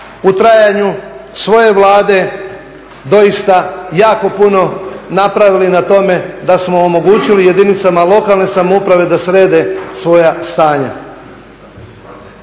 u trajanju svoje Vlade doista jako puno napravili na tome da smo omogućili jedinicama lokalne samouprave da srede svoja stanja.